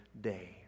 day